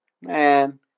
Man